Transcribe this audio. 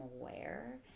aware